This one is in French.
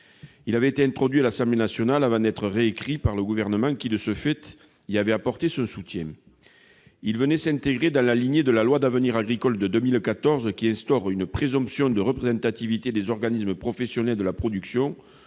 de mars 2017. Introduit à l'Assemblée nationale, il avait été réécrit par le Gouvernement qui, de ce fait, lui avait apporté son soutien. Il s'inscrivait dans la lignée de la loi d'avenir pour l'agriculture de 2014, qui instaure une présomption de représentativité des organismes professionnels de la production,